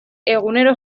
egunero